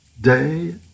day